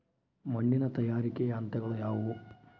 ಮಣ್ಣಿನ ತಯಾರಿಕೆಯ ಹಂತಗಳು ಯಾವುವು?